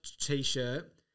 T-shirt